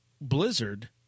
Blizzard